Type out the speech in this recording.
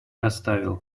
оставил